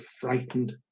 frightened